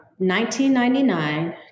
1999